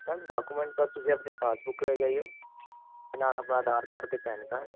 ma'am document ਤਾਂ ਤੁਸੀਂ ਆਪਣੇ ਪਾਸਬੁੱਕ ਲੈ ਜਾਇਓ ਅਤੇ ਨਾਲ ਆਪਣਾ ਆਧਾਰ ਕਾਰਡ ਅਤੇ ਪੈਨ ਕਾਰਡ